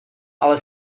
ale